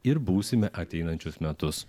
ir būsime ateinančius metus